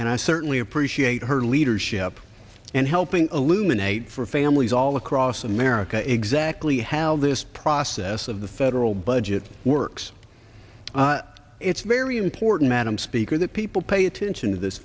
and i certainly appreciate her leadership and helping illuminates for families all across america exactly how this process of the federal budget works it's very porton madam speaker that people pay attention to this